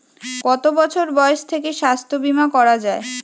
কত বছর বয়স থেকে স্বাস্থ্যবীমা করা য়ায়?